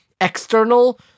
external